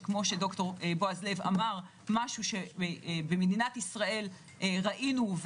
משהו שבמדינת ישראל ראינו,